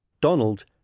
Donald